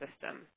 system